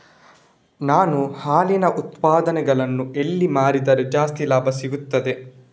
ನಾನು ಹಾಲಿನ ಉತ್ಪನ್ನಗಳನ್ನು ಎಲ್ಲಿ ಮಾರಿದರೆ ಜಾಸ್ತಿ ಲಾಭ ಸಿಗುತ್ತದೆ?